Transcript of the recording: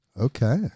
Okay